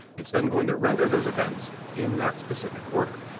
it's then going to render those events in that specific order.